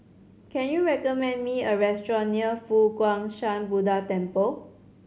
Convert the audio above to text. can you recommend me a restaurant near Fo Guang Shan Buddha Temple